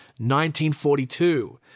1942